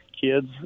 kids